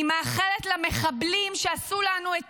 אני מאחלת למחבלים שעשו לנו את